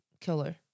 killer